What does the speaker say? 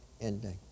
ending